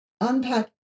unpack